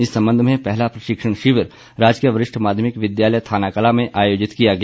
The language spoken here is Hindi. इस संबंध में पहला प्रशिक्षण शिविर राजकीय वरिष्ठ माध्यमिक विद्यालय थाना कलां में आयोजित किया गया